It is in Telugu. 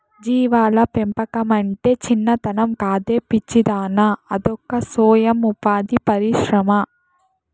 జీవాల పెంపకమంటే చిన్నతనం కాదే పిచ్చిదానా అదొక సొయం ఉపాధి పరిశ్రమ